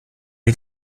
die